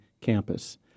campus